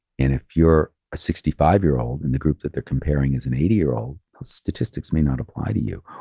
and if you're a sixty five year old and the group that they're comparing is an eighty year old, those statistics may not apply to you.